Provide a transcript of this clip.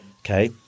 okay